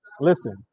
Listen